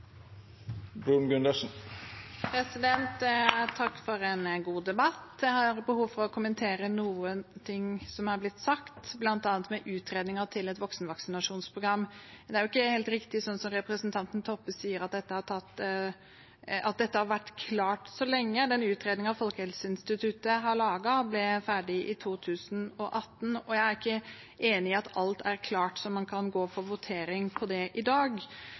en god debatt. Jeg har behov for å kommentere noe av det som har blitt sagt, bl.a. om utredning av et voksenvaksinasjonsprogram. Det er ikke helt riktig, det representanten Toppe sier, at dette har vært klart så lenge. Den utredningen Folkehelseinstituttet har laget, ble ferdig i 2018, og jeg er ikke enig i at alt er klart så man kan gå for votering på det i dag.